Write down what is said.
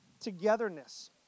togetherness